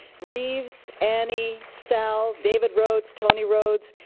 reeves, annie, sal, david rhodes, tony rhodes.